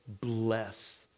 bless